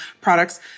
products